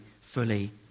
fully